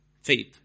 faith